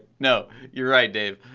no, you're right, dave.